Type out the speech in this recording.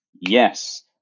Yes